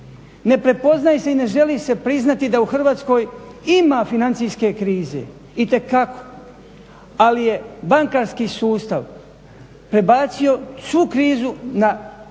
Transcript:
Ne prepoznaje se i ne želi se priznati da u Hrvatskoj ima financijske krize, itekako. Ali je bankarski sustav prebacio svu krizu na realni